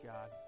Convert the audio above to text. God